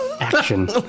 Action